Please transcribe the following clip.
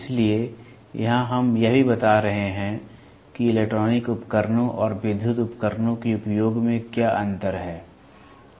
इसलिए यहां हम यह भी बता रहे हैं कि इलेक्ट्रॉनिक उपकरणों और विद्युत उपकरणों के उपयोग में क्या अंतर है